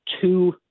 two